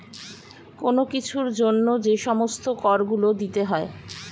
কোন কিছুর জন্য যে সমস্ত কর গুলো দিতে হয়